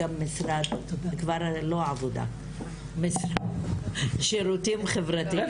הוא כבר לא משרד העבודה אלא המשרד לשירותים חברתיים